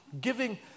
giving